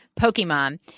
Pokemon